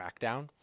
Crackdown